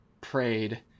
prayed